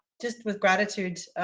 just with gratitude,